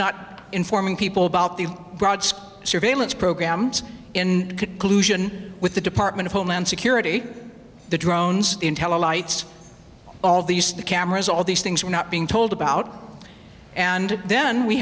not informing people about the broad scope surveillance programs in collusion with the department of homeland security the drones intel alights all these cameras all these things are not being told about and then we